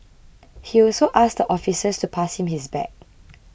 he also asked the officers to pass him his bag